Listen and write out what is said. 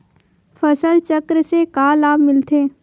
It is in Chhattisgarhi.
फसल चक्र से का लाभ मिलथे?